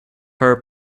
her